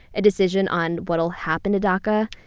a decision on what will happen to daca.